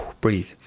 breathe